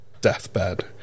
deathbed